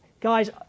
guys